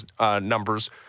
numbers